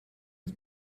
his